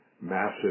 massive